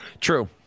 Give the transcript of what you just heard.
True